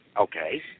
Okay